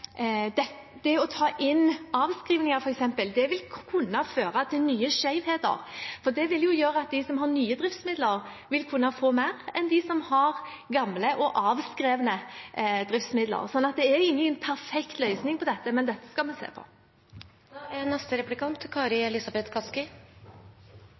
det å ta inn avskrivninger, f.eks., vil kunne føre til nye skjevheter, for det vil jo gjøre at de som har nye driftsmidler, vil kunne få mer enn dem som har gamle og avskrevne driftsmidler. Så det er ingen perfekt løsning på dette, men dette skal vi se